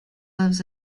lives